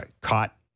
caught